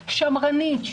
שמרנית,